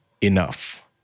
enough